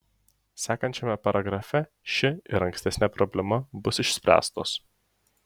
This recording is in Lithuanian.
sekančiame paragrafe ši ir ankstesnė problema bus išspręstos